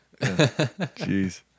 jeez